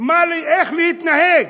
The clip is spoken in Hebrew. איך להתנהג.